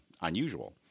unusual